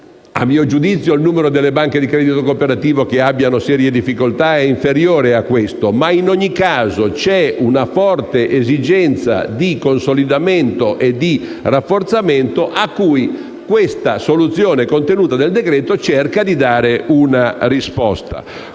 A mio giudizio il numero delle banche di credito cooperativo che hanno serie difficoltà è inferiore ma in ogni caso vi è una forte esigenza di consolidamento e di rafforzamento cui la soluzione contenuta nel decreto cerca di dare una risposta.